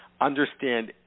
Understand